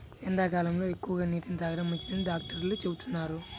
ఎండాకాలంలో ఎక్కువగా నీటిని తాగడం మంచిదని డాక్టర్లు చెబుతున్నారు